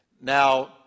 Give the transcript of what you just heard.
Now